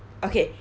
okay